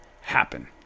happen